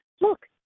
look